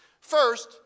First